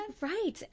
Right